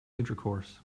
intercourse